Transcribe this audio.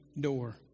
door